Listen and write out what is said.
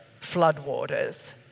floodwaters